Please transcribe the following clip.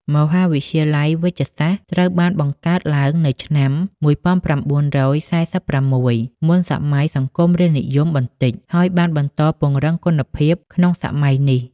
មហាវិទ្យាល័យវេជ្ជសាស្ត្រ ត្រូវបានបង្កើតឡើងនៅឆ្នាំ ១៩៤៦ មុនសម័យសង្គមរាស្រ្តនិយមបន្តិច ហើយបានបន្តពង្រឹងគុណភាពក្នុងសម័យនេះ។